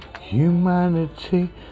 humanity